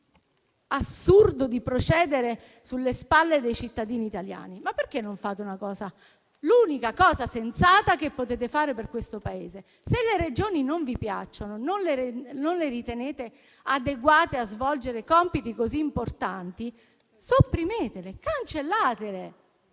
assurdo di procedere sulle spalle dei cittadini italiani. Ma perché non fate l'unica cosa sensata che potete fare per questo Paese? Se le Regioni non vi piacciono, non le ritenete adeguate a svolgere compiti così importanti, sopprimetele, cancellatele,